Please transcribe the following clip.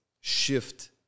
shift